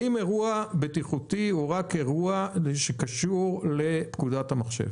האם אירוע בטיחותי הוא רק אירוע שקשור לפקודת המחשב?